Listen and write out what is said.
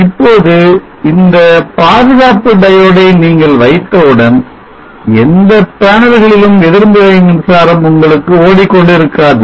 இப்போது இந்த பாதுகாப்பு diode ஐ நீங்கள் வைத்தவுடன் எந்த பேனல்களிலும் எதிர்மறை மின்சாரம் உங்களுக்கு ஓடிக்கொண்டிருக்காது